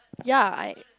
ya I